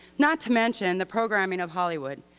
not to mention the programming of hollywood.